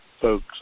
folks